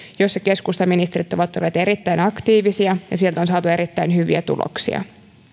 joissa keskustan ministerit ovat olleet erittäin aktiivisia ja sieltä on saatu erittäin hyviä tuloksia